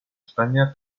españa